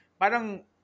Parang